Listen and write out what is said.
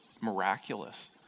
miraculous